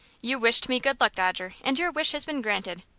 you wished me good luck, dodger, and your wish has been granted.